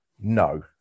no